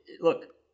look